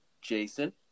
Jason